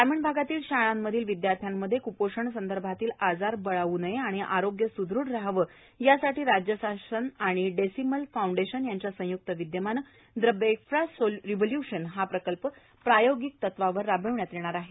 ग्रामीण भागातील शाळांतील विद्यार्थ्यांमध्ये क्पोषणसंदर्भातील आजार बळावू नये आणि आरोग्य सुदृढ रहावं यासाठी राज्य शासन आणि डेसिमल फाउंडेशन यांच्या संयुक्त विद्यमानं द ब्रेकफास् रिवोलुशन हा प्रकल्प प्रायोगिक तत्वावर राबविण्यात येणार आहे